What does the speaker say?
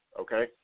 okay